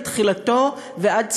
מתחילתו ועד סופו,